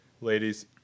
ladies